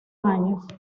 años